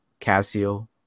Casio